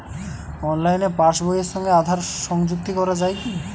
অনলাইনে পাশ বইয়ের সঙ্গে আধার সংযুক্তি করা যায় কি?